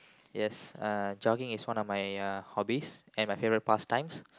yes uh jogging is one of my uh hobbies and my favorite past times